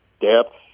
depth